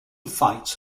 fights